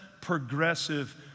progressive